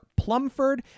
Plumford